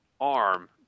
arm